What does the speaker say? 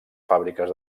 fàbriques